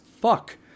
fuck